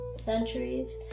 Centuries